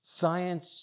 Science